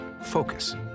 focus